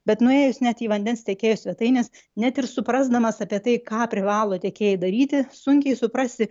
bet nuėjus net į vandens tiekėjų svetaines net ir suprasdamas apie tai ką privalo tiekėjai daryti sunkiai suprasi